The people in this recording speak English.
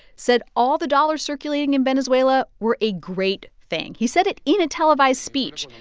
said all the dollars circulating in venezuela were a great thing. he said it in a televised speech.